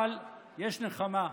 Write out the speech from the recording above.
אבל יש נחמה,